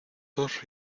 dos